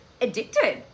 addicted